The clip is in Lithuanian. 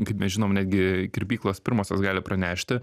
kaip mes žinom netgi kirpyklos pirmosios gali pranešti